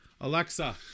Alexa